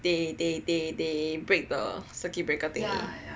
they they they they break the circuit breaker thing